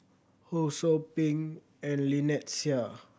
Ho Sou Ping and Lynnette Seah